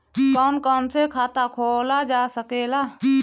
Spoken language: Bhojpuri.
कौन कौन से खाता खोला जा सके ला?